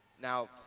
Now